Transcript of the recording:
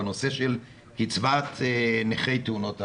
בנושא קצבת נכי תאונות העבודה.